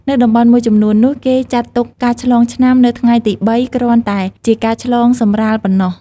នៅតំបន់មួយចំនួននោះ គេចាត់ទុកការឆ្លងឆ្នាំនៅថ្ងៃទី ៣ គ្រាន់តែជាការឆ្លងសម្រាលប៉ុណ្ណោះ។